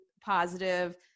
positive